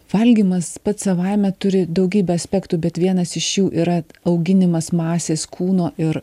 valgymas pats savaime turi daugybę aspektų bet vienas iš jų yra auginimas masės kūno ir